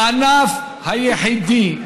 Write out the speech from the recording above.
הענף היחידי,